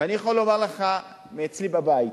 אני יכול לומר לך שאצלי בבית,